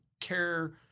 care